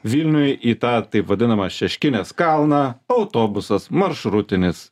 vilniuj į tą taip vadinamą šeškinės kalną autobusas maršrutinis